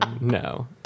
No